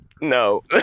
No